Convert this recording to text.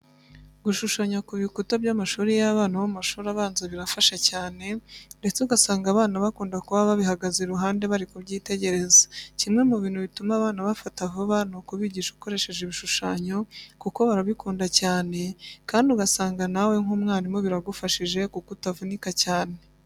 Gushushanya ku bikuta by'amashuri y'abana bo mu mashuri abanza birabafasha cyane, ndetse ugasanga abana bakunda kuba babihagaze iruhande bari kubyitegereza. Kimwe mu bintu bituma abana bafata vuba ni ukubigisha ukoresheje ibishushanyo kuko barabikunda cyane kandi ugasanga nawe nk'umwarimu biragufashije kuko utavunika cyane.